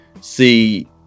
see